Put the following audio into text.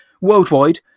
worldwide